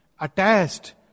attached